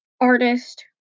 artist